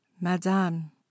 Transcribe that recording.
madame